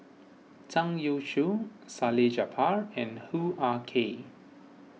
Zhang Youshuo Salleh Japar and Hoo Ah Kay